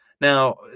Now